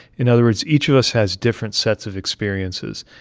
in other words, each of us has different sets of experiences.